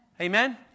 Amen